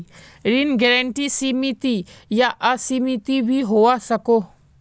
ऋण गारंटी सीमित या असीमित भी होवा सकोह